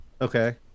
Okay